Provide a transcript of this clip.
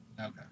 Okay